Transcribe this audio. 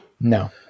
No